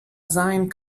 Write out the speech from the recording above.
sein